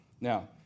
Now